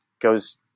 goes